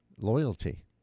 loyalty